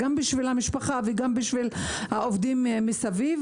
גם בשביל המשפחה וגם בשביל עובדים מסביב,